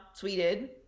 tweeted